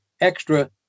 extra